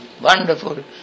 wonderful